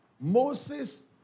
Moses